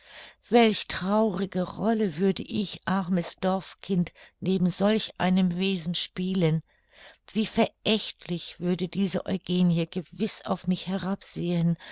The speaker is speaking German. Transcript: welch traurige rolle würde ich armes dorfkind neben solch einem wesen spielen wie verächtlich würde diese eugenie gewiß auf mich herab sehen